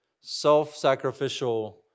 self-sacrificial